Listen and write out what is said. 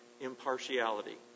impartiality